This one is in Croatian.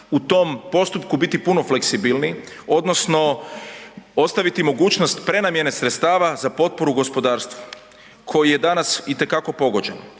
u tom postupku biti puno fleksibilniji odnosno ostaviti mogućnost prenamjene sredstava za potporu gospodarstvu koji je danas itekako pogođen.